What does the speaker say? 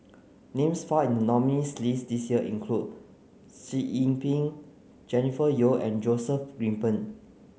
names found in the nominees' list this year include Sitoh Yih Pin Jennifer Yeo and Joseph Grimberg